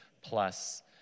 plus